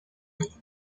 ela